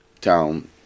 town